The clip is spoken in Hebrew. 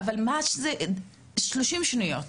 אבל ממש 30 שניות.